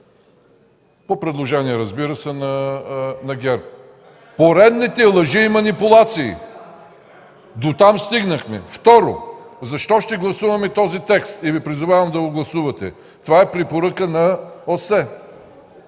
по предложение, разбира се, на ГЕРБ. Поредните лъжи и манипулации! Дотам стигнахме. Второ, защо ще гласуваме този текст и Ви призовавам да го гласувате – това е препоръка на ОССЕ.